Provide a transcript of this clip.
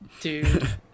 Dude